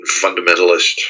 fundamentalist